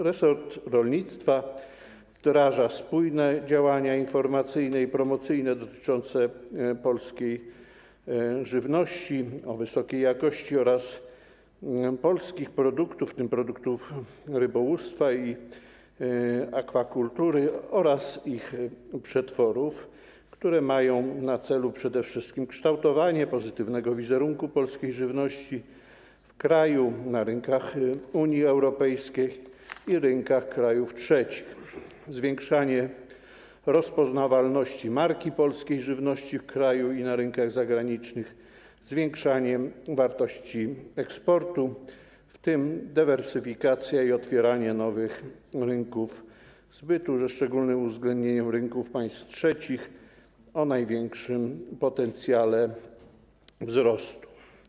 Resort rolnictwa wdraża spójne działania informacyjne i promocyjne dotyczące polskiej żywności o wysokiej jakości oraz polskich produktów, w tym produktów rybołówstwa i akwakultury oraz ich przetworów, które mają na celu przede wszystkim kształtowanie pozytywnego wizerunku polskiej żywności w kraju, na rynkach Unii Europejskiej i rynkach krajów trzecich, zwiększanie rozpoznawalności marki polskiej żywności w kraju i na rynkach zagranicznych, zwiększanie wartości eksportu, w tym dywersyfikacja i otwieranie nowych rynków zbytu ze szczególnym uwzględnieniem rynków państw trzecich o największym potencjale wzrostu.